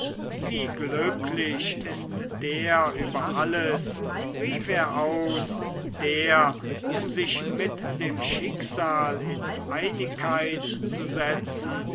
wie glücklich ist der über alles rief er aus der um sich mit dem schicksal in einigkeit zu setzen